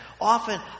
Often